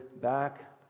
back